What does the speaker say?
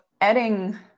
adding